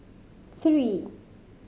three